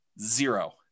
Zero